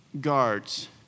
guards